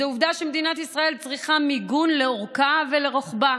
זו עובדה שמדינת ישראל צריכה מיגון לאורכה ולרוחבה.